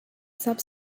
sub